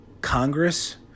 Congress